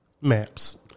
maps